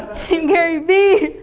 team gary bee,